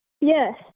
Yes